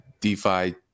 DeFi